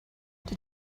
did